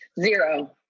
zero